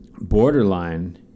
Borderline